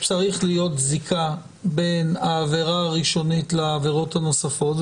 צריכה להיות זיקה בין העבירה הראשונית לעבירות הנוספות,